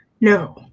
No